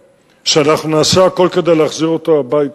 שאנחנו נעשה הכול כדי להחזיר אותו הביתה.